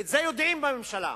ואת זה יודעים בממשלה,